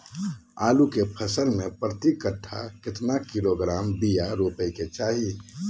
आलू के फसल में प्रति कट्ठा कितना किलोग्राम बिया रोपे के चाहि?